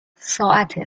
ساعت